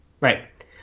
right